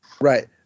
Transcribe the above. Right